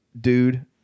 dude